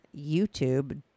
YouTube